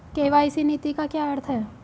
KYC नीति का क्या अर्थ है?